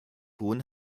hohen